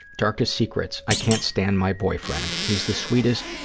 darkest secrets. i can't stand my boyfriend. he's the sweetest,